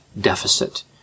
deficit